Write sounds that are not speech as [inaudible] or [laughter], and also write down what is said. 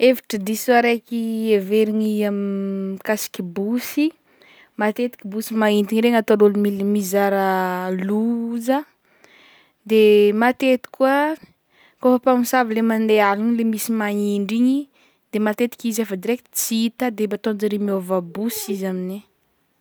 Hevitry diso araiky iheverigny am [hesitation] mikasiky bosy matetiky bosy mahitigny iregny ataon'ôlo mil- mizara loza de [hesitation] matety koa kô fa mpamosavy le mandeha aligny le misy magnindry igny de matetiky izy efa direct tsy hita de ataonzare miova bosy izy amin'igny.